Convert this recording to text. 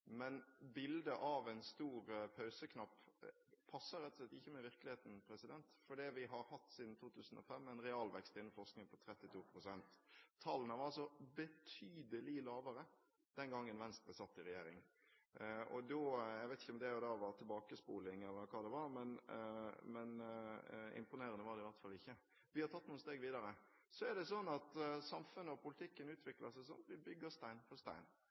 men imponerende var det i hvert fall ikke. Vi har tatt noen steg videre. Det er sånn at samfunnet og politikken utvikler seg, sånn at vi bygger stein på stein.